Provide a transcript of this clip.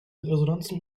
resonanzen